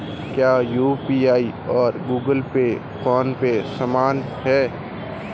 क्या यू.पी.आई और Google Pay PhonePe समान हैं?